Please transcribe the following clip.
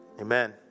Amen